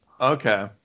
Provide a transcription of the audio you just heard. Okay